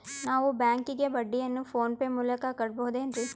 ನಾವು ಬ್ಯಾಂಕಿಗೆ ಬಡ್ಡಿಯನ್ನು ಫೋನ್ ಪೇ ಮೂಲಕ ಕಟ್ಟಬಹುದೇನ್ರಿ?